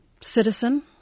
citizen